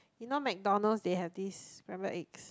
you know McDonald's they have these scramble eggs